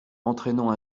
entraînant